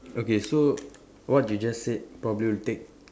okay so what you just said probably will take